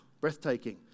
breathtaking